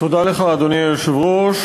אדוני היושב-ראש,